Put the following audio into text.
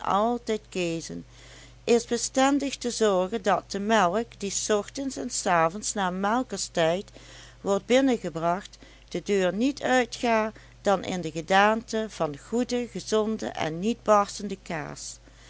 altijd keezen is bestendig te zorgen dat de melk die s ochtends en s avonds na melkerstaid wordt binnengebracht de deur niet uitga dan in de gedaante van goede gezonde en niet barstende kaas